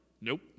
Nope